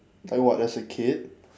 like what as a kid